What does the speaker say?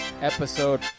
episode